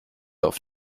auf